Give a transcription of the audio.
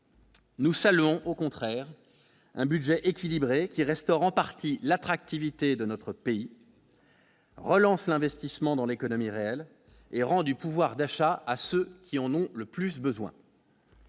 Nous saluons au contraire un budget équilibré qui restaure en partie l'attractivité de notre pays, relancer l'investissement dans l'économie réelle et rend du pouvoir d'achat à ceux qui en ont le plus besoin.